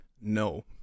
No